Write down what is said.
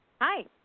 Hi